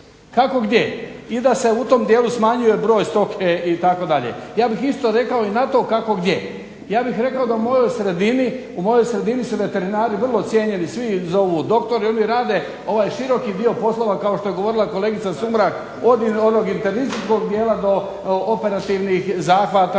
kako gdje i da se u tom dijelu smanjuje broj stoke itd. Ja bih isto rekao i na to kako gdje. Ja bih rekao da u mojoj sredini su veterinari vrlo cijenjeni. Svi ih zovu doktori. Oni rade ovaj široki dio poslova kao što je govorila kolegica Sumrak od onog internističkog dijela do operativnih zahvata